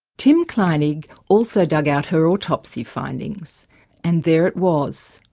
tim kleinig also dug out her autopsy findings and there it was,